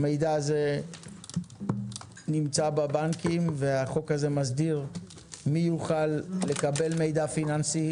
המידע הזה נמצא בבנקים והחוק הזה מסדיר מי יוכל לקבל מידע פיננסי